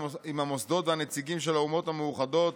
המוסדות והנציגים של האומות המאוחדות